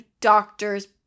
doctors